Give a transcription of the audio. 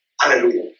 Hallelujah